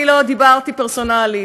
אני לא דיברתי פרסונלית.